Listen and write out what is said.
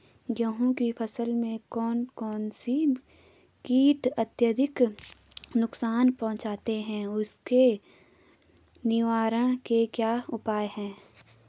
गेहूँ की फसल में कौन कौन से कीट अत्यधिक नुकसान पहुंचाते हैं उसके निवारण के क्या उपाय हैं?